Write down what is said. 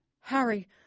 Harry